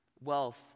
wealth